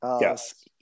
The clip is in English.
yes